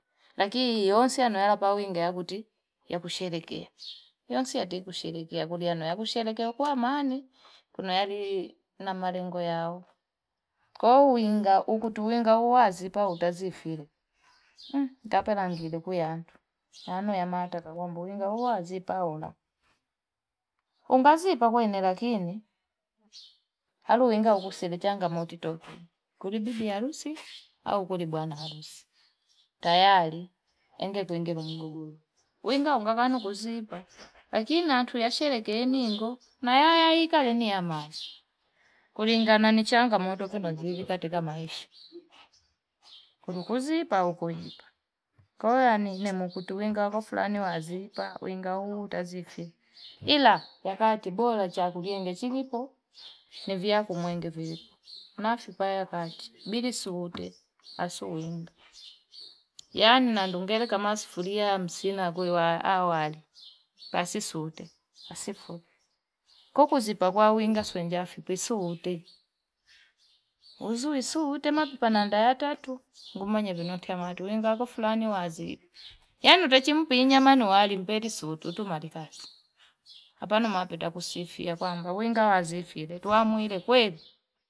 Lakii iyonse nala pawinge nakuti yakusherekea nisonsi yati kusherekea kuliano yakusherekea kwa amani kuna yalii namalengo yao kwahiyo uwinga ukulinga walitaziifili, mmmh! ngaapa ngalikuli yatu maana ya mata kuwinga uazipa ola ungazipa kwene lakini alowinga kusele changamoto titoki kulibidi bibi arusi au ukolye bwana harusi tayari endekuende ne mgogoro winga unga kwanu kuziipa lakin natuu washerekee ningo nayayaaiki kalonia masi kulingana nichanga moto zili katika maisha kulu kuzipa huku kooyani ningekutuinga kwa fulani waziipa winga huu utaziipa ila yakati bora chakuliyenge chilipo nivyakuenge viipo nafipa yakati bili suute na siulenga yanina ndu ngele kama sufuria hasina awali basi sote nasifuli kukuzipa kwa winga sikunjefi soote uzuri suute na mapipa nanda yatatu ngumanye vinoti ya watu wenga kwa fulani waziiri yan chatimpe nyama nu wali mpeli sutu tu tumali kazi hapana malepa kusifia kwamba wenga wazifia twamwile kweli.